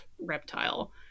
reptile